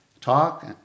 talk